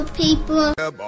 people